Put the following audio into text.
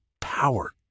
power